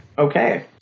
Okay